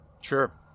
Sure